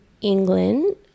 England